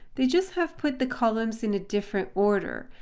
they just have put the columns in a different order.